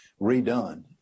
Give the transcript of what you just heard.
redone